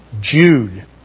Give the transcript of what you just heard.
Jude